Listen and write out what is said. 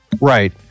right